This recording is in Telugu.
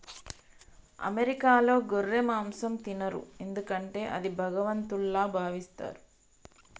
అమెరికాలో గొర్రె మాంసం తినరు ఎందుకంటే అది భగవంతుల్లా భావిస్తారు